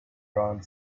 around